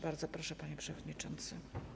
Bardzo proszę, panie przewodniczący.